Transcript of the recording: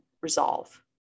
resolve